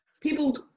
people